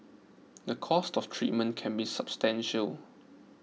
the cost of treatment can be substantial